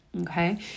Okay